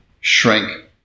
shrink